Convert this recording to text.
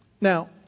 Now